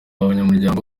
banyamuryango